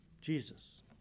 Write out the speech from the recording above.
Jesus